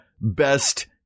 best